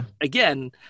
again